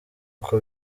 uku